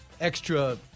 extra